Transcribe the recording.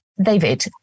David